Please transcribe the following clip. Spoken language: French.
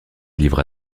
livra